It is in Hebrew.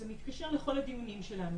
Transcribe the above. זה מתקשר לכל הדיונים שלנו,